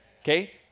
Okay